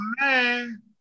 man